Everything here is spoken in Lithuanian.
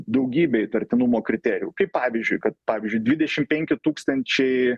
daugybę įtartinumo kriterijų kaip pavyzdžiui kad pavyzdžiui dvidešim penki tūkstančiai